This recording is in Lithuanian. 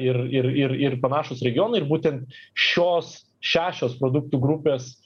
ir ir ir ir panašūs regionai būtent šios šešios produktų grupės